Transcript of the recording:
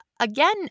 Again